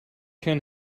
can